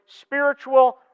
spiritual